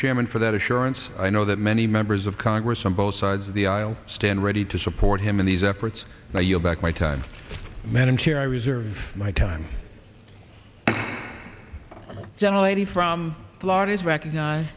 chairman for that assurance i know that many members of congress on both sides of the aisle stand ready to support him in these efforts now you back my time madam chair i reserve my time generated from florida is recognized